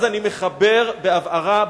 אז אני מחבר בהבהרה,